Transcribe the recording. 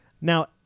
Now